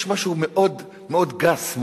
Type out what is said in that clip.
יש משהו מאוד גס,